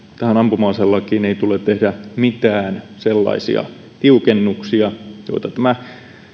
tähän ampuma aselakiin ei tule tehdä mitään sellaisia tiukennuksia joita tämä